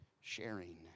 sharing